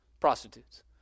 Prostitutes